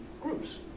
groups